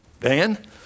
Dan